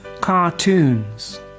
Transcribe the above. Cartoons